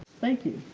thank you.